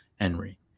Henry